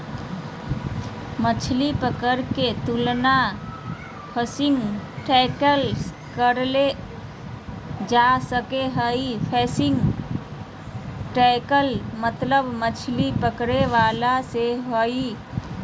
मछली पकड़े के तुलना फिशिंग टैकल से करल जा सक हई, फिशिंग टैकल मतलब मछली पकड़े वाला से हई